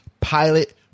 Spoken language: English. pilot